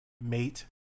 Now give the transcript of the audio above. mate